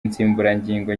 insimburangingo